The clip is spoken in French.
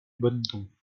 bonneton